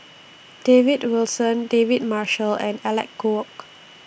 David Wilson David Marshall and Alec Kuok